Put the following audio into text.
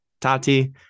Tati